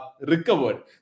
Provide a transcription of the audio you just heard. recovered